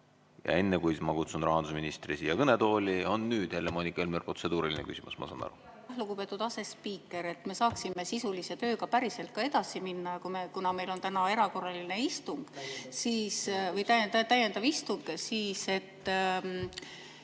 Aga enne, kui ma kutsun rahandusministri siia kõnetooli, on Helle-Moonika Helmel protseduuriline küsimus, ma saan aru. Lugupeetud asespiiker! Et me saaksime sisulise tööga päriselt ka edasi minna, kuna meil on täna erakorraline istung või täiendav istung, siis et